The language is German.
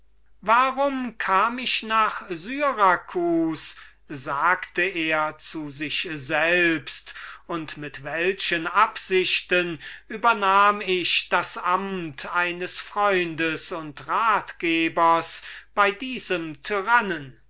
warum kam ich nach syracus sagte er zu sich selbst und mit welchen absichten übernahm ich das amt eines freundes und ratgebers bei diesem